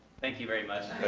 thank you very much.